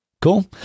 Cool